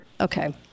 okay